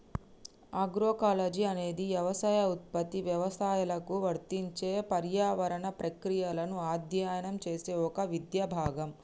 agroecology అనేది యవసాయ ఉత్పత్తి వ్యవస్థలకు వర్తించే పర్యావరణ ప్రక్రియలను అధ్యయనం చేసే ఒక విద్యా భాగం